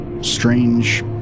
strange